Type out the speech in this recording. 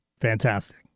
fantastic